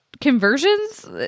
conversions